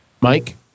Mike